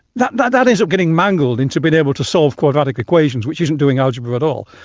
that but that ends up getting mangled into being able to solve quadratic equations, which isn't doing algebra at all.